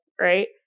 right